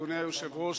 אדוני היושב-ראש,